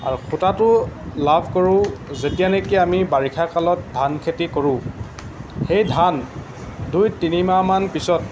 আৰু সূতাটো লাভ কৰোঁ যেতিয়া নেকি আমি বাৰিষা কালত ধান খেতি কৰোঁ সেই ধান দুই তিনিমাহমান পিছত